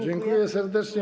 Dziękuję serdecznie.